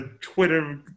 Twitter